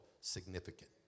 significant